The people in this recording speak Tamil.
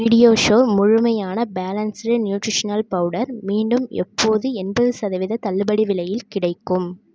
பீடியாஷுர் முழுமையான பேலன்ஸ்டு நியூட்ரிஷனல் பவுடர் மீண்டும் எப்போது எண்பது சதவீத தள்ளுபடி விலையில் கிடைக்கும்